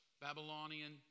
Babylonian